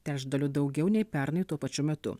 trečdaliu daugiau nei pernai tuo pačiu metu